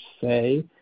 say